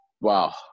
wow